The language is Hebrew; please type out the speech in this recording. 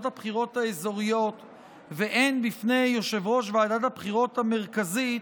הבחירות האזוריות והן בפני יושב-ראש ועדת הבחירות המרכזית,